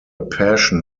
passion